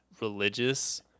religious